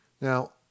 now